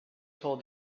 told